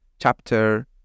Chapter